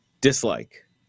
dislike